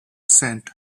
sent